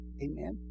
Amen